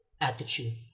attitude